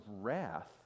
wrath